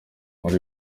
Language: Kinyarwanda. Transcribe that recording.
muri